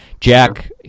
Jack